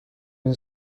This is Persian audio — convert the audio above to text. این